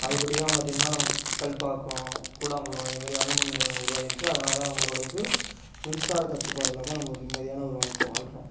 அது கூடி தான் பார்த்திங்கனா நமக்கு கல்பாக்கம் கூடங்குளம் அது மாரி அணுமின் நிலையம் உருவாயிருக்குது அதனால் தான் நம்ம ஓரளவுக்கு மின்சாரத் தட்டுப்பாடு இல்லாமல் நம்ம ஒரு நிம்மதியான ஒரு வாழ்க்கை வாழ்கிறோம்